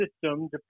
system